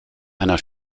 einer